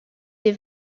des